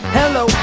hello